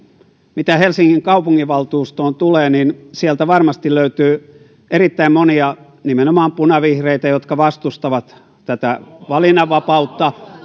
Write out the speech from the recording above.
mitä helsingin kaupunginvaltuustoon tulee niin sieltä varmasti löytyy erittäin monia nimenomaan punavihreitä jotka vastustavat tätä valinnanvapautta